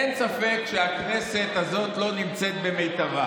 אין ספק שהכנסת הזו לא במיטבה.